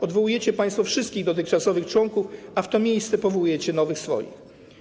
Odwołujecie państwo wszystkich dotychczasowych członków, a w to miejsce powołujecie nowych, swoich.